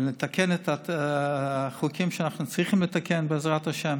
ונתקן את החוקים שאנחנו צריכים לתקן, בעזרת השם.